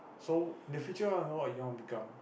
so in the future what you want to become